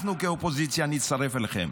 אנחנו כאופוזיציה נצטרף אליכם.